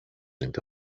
into